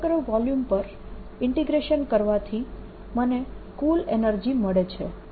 dr કારણકે આ સમગ્ર વોલ્યુમ પર ઇન્ટીગ્રેશન કરવાથી મને કુલ એનર્જી મળે છે